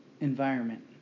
environment